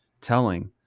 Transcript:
telling